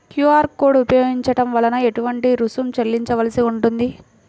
QR code ఉపయోగించటం వలన ఏటువంటి రుసుం చెల్లించవలసి ఉంటుంది?